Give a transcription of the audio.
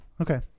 okay